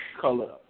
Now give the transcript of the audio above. color